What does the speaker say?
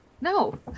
No